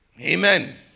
Amen